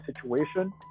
situation